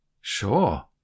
Sure